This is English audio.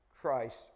Christ